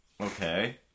Okay